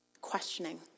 questioning